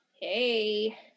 Hey